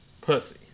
Pussy